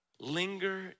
Linger